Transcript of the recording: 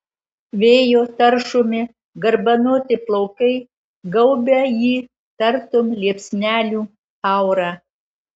vėjo taršomi garbanoti plaukai gaubia jį tartum liepsnelių aura